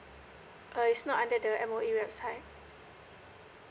err it's not under the M_O_E website